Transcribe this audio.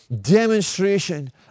demonstration